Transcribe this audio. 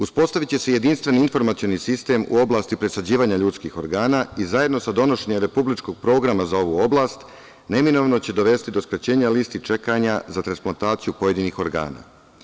Uspostaviće se jedinstveni informativni sistem u oblasti presađivanja ljudskih organa i zajedno sa donošenjem republičkog programa za ovu oblast neminovno će dovesti do skraćenja listi čekanja za transplantaciju pojedinih organa.